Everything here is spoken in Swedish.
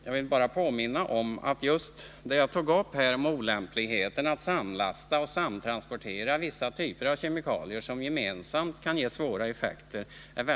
Jag vill bara påminna om att det är mycket viktigt att man tar hänsyn till det olämpliga i att samlasta och samtransportera vissa typer av kemikalier som gemensamt kan ge svåra effekter.